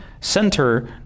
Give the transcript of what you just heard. center